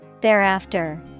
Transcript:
Thereafter